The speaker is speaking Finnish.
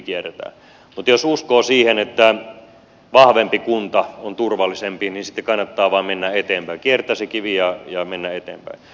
mutta jos uskoo siihen että vahvempi kunta on turvallisempi niin sitten kannattaa vain mennä eteenpäin kiertää se kivi ja mennä eteenpäin